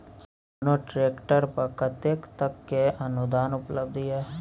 कोनो ट्रैक्टर पर कतेक तक के अनुदान उपलब्ध ये?